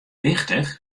wichtich